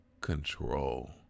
control